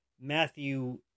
Matthew